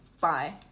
bye